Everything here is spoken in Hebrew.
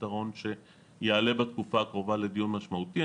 פתרון שיעלה בתקופה הקרובה לדיון משמעותי.